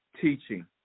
teaching